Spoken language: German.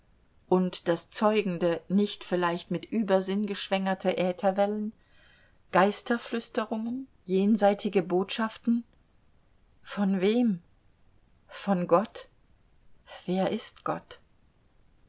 und das zeugende nicht vielleicht mit übersinn geschwängerte ätherwellen geisterflüsterungen jenseitige botschaften von wem von gott wer ist gott